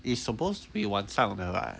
it's supposed to be 晚上的 lah